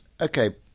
okay